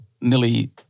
nearly